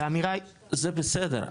זה בסדר,